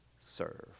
serve